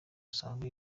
usanga